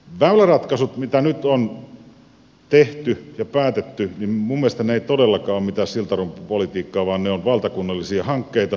väyläratkaisut mitä nyt on tehty ja päätetty minun mielestäni eivät todellakaan ole mitään siltarumpupolitiikkaa vaan ne ovat valtakunnallisia hankkeita